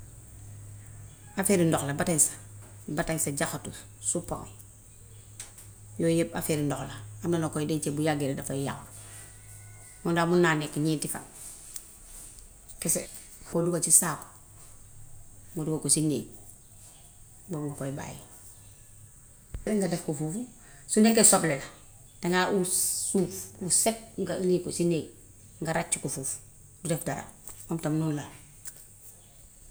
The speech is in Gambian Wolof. Afeeri ndox la batañsa, jaxatu, suppome. Yooy yépp afeeri ndox la. Am na noo koy dencee bu yàggee rekk dafay yàqu. Moom daal man naa nekk ñeenti fan kese. Foo dugal ci saaku,. nga dugal ko ci néeg boob nga koy bàyyi nga def ko foofu. Su nekkee soble la dangaa ut suuf bu set nga dugal ko ci néeg, nga ràcc ko foofu, du def dara. Moom tam noon la.